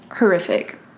Horrific